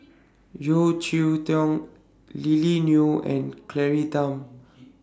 Yeo Cheow Tong Lily Neo and Claire Tham